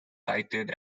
cited